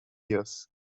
years